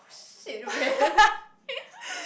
shit man